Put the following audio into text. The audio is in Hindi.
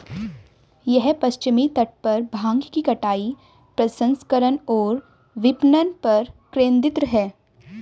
यह पश्चिमी तट पर भांग की कटाई, प्रसंस्करण और विपणन पर केंद्रित है